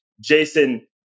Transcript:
Jason